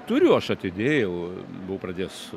turiu aš atidėjau buvau pradėjęs